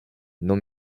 non